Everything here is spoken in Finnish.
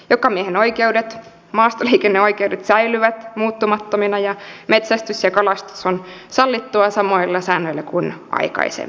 jokamiehenoikeudet maastoliikenneoikeudet säilyvät muuttumattomina ja metsästys ja kalastus on sallittua samoilla säännöillä kuin aikaisemminkin